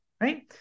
right